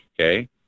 Okay